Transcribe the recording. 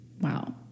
wow